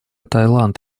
таиланд